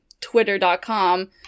Twitter.com